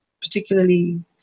particularly